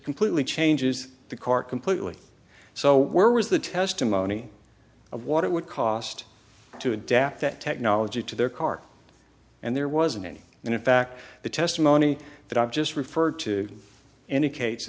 completely changes the car completely so where was the testimony of what it would cost to adapt that technology to their car and there wasn't any and in fact the testimony that i've just referred to indicate